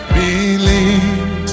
believe